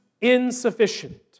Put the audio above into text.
insufficient